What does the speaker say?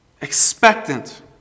expectant